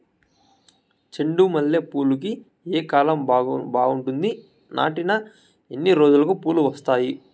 చెండు మల్లె పూలుకి ఏ కాలం బావుంటుంది? నాటిన ఎన్ని రోజులకు పూలు వస్తాయి?